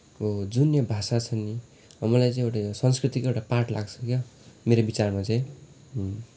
जुन यो भाषा छ नि मलाई चाहिँ एउटा संस्कृतिको एउटा पार्ट लाग्छ के हो मेरो बिचारमा चाहिँ